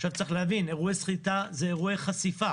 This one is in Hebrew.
צריך להבין, אירועי סחיטה הם אירועי חשיפה.